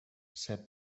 said